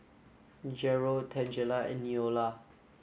Jerrel Tangela and Neola